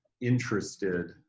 interested